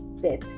death